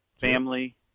Family